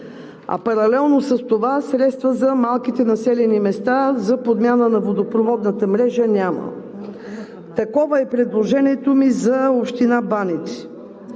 Паралелно с това няма средства и за малките населени места за подмяна на водопроводната мрежа. Такова е предложението ми за община Баните